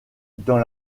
dans